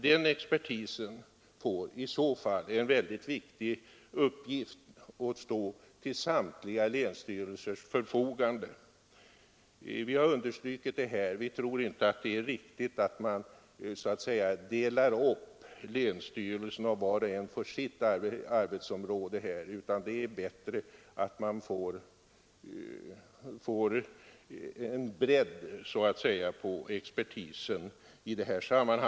Den expertisen får i så fall den mycket viktiga uppgiften att stå till samtliga länsstyrelsers förfogande. Vi tror i utskottet inte att det är riktigt att fördela experthjälpen till länsstyrelserna så att var och en av experterna får sitt geografiskt avgränsade arbetsområde, utan det är bättre att det blir så att säga bredd på expertisen.